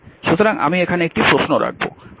সুতরাং আমি এখানে একটি প্রশ্ন রাখব